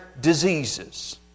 diseases